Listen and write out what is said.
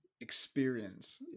Experience